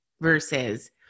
versus